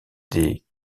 des